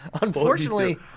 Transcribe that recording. Unfortunately